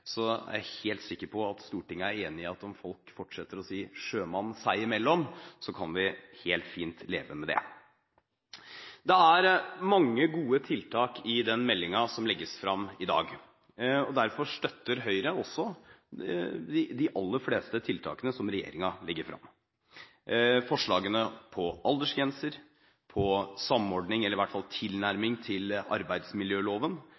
jeg helt sikker på at Stortinget er enig i at om folk fortsetter å si «sjømann» seg imellom, kan vi helt fint leve med det. Det er mange gode tiltak i den proposisjonen som legges frem i dag. Derfor støtter Høyre også de aller fleste tiltakene som regjeringen legger frem. Forslagene om aldersgrenser, om samordning med – eller i hvert fall